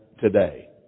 today